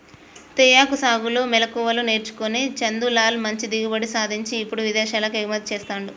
తేయాకు సాగులో మెళుకువలు నేర్చుకొని చందులాల్ మంచి దిగుబడి సాధించి ఇప్పుడు విదేశాలకు ఎగుమతి చెస్తాండు